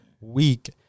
week